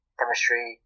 Chemistry